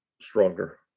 stronger